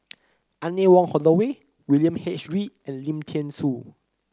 Anne Wong Holloway William H Read and Lim Thean Soo